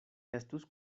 estus